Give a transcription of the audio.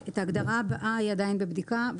שתי ההגדרות הבאות עדיין בבדיקה,